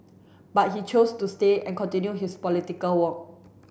but he chose to stay and continue his political work